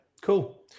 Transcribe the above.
cool